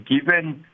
given